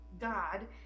God